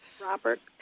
Robert